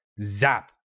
Zap